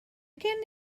gen